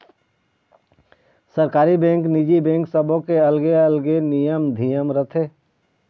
सरकारी बेंक, निजी बेंक सबो के अलगे अलगे नियम धियम रथे